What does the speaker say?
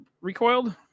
recoiled